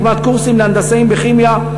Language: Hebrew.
דוגמת קורסים להנדסאים בכימיה,